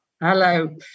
Hello